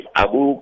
abu